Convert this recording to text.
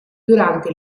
durante